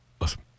listen